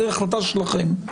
זו החלטה שלכם.